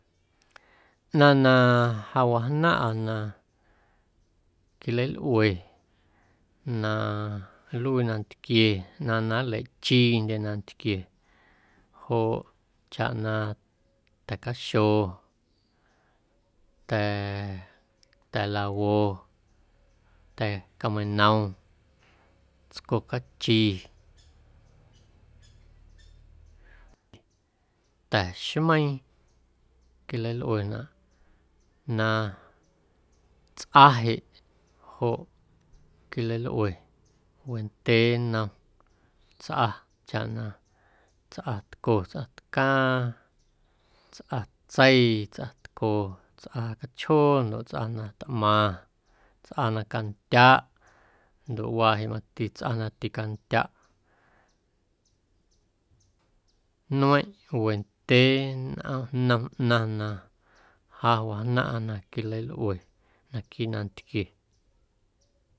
Ꞌnaⁿ na ja wajnaⁿꞌa na quilalꞌue na nluii nantquie ꞌnaⁿ na nlachiindye nantquie joꞌ chaꞌ na ta̱caxo, ta̱ ta̱a̱lawo, ta̱ cameinom, tsco cachi, ta̱xmeiiⁿ quilalꞌuenaꞌ na tsꞌa jeꞌ joꞌ quilalꞌue wendyee nnom tsꞌa chaꞌ na tsꞌatco tsꞌa tcaaⁿ, tsꞌatseii, tsꞌatco, tsꞌa cachjoo ndoꞌ tsꞌa na tꞌmaⁿ, tsꞌa na candyaꞌ ndoꞌ waa jeꞌ mati tsꞌa na ticandyaꞌ nmeiⁿꞌ wendyee nnom nnom ꞌnaⁿ na a wajnaⁿꞌa na quilalꞌue naquiiꞌ nantquie.